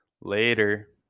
Later